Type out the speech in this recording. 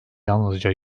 yalnızca